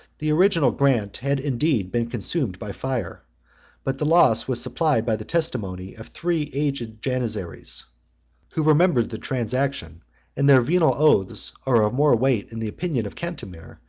the original grant had indeed been consumed by fire but the loss was supplied by the testimony of three aged janizaries who remembered the transaction and their venal oaths are of more weight in the opinion of cantemir,